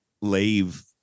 leave